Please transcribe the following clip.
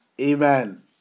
Amen